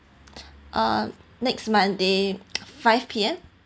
uh next monday five P_M